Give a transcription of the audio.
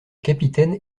capitaine